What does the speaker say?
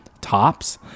tops